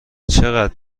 چقدر